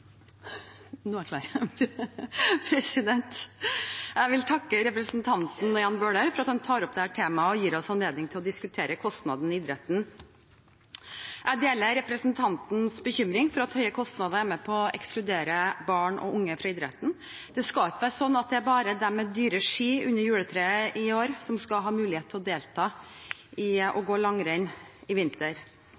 Jeg vil takke representanten Jan Bøhler for at han tar opp dette temaet og gir oss anledning til å diskutere kostnader i idretten. Jeg deler representantens bekymring for at høye kostnader er med på å ekskludere barn og unge fra idretten. Det skal ikke være slik at det er bare de med dyre ski under juletreet i år som skal ha mulighet til å delta i